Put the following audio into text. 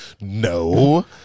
no